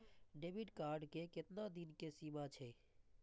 Debit card के केतना दिन के सीमा छै?